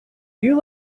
you